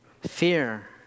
fear